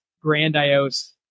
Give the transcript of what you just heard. grandiose